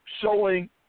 showing